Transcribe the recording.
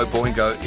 Boingo